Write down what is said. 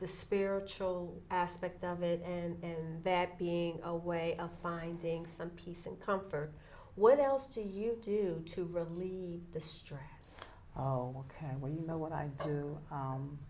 the spiritual aspect of it and that being a way of finding some peace and comfort what else do you do to relieve the stress oh ok well you know what i do